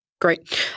Great